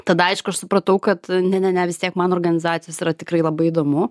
tada aišku aš supratau kad ne ne ne vis tiek man organizacijos yra tikrai labai įdomu